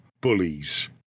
bullies